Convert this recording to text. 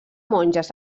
monges